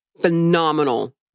Phenomenal